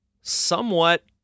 somewhat